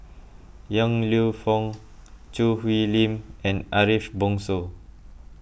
Yong Lew Foong Choo Hwee Lim and Ariff Bongso